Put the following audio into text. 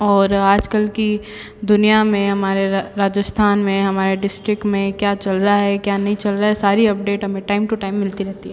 और आजकल की दुनिया में हमारे राजस्थान में हमारे डिस्ट्रिक्ट में क्या चल रहा है क्या नहीं चल रहा है सारी अपडेट हमें टाइम टू टाइम मिलती रहती है